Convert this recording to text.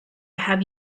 have